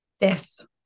yes